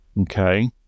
okay